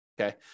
okay